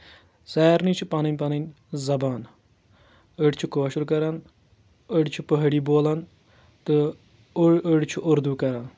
سارنٕے چھِ پنٕنۍ پنٕنۍ زبان أڑۍ چھِ کٲشُر کران أڑۍ چھِ پہٲڑی بولان تہٕ أڑۍ چھِ اردوٗ کران